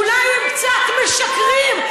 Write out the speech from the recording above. אולי הם קצת משקרים?